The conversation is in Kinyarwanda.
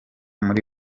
muri